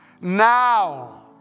now